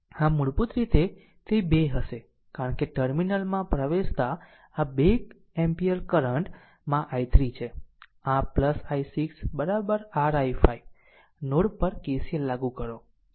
આમ મૂળભૂત રીતે તે 2 હશે કારણ કે ટર્મિનલમાં પ્રવેશતા આ 2 એમ્પીયર કરંટ માં i3 છે આ i6 r i5 નોડ પર KCL લાગુ કરો